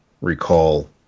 recall